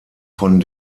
von